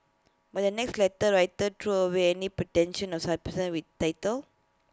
but the next letter writer threw away any pretension of with title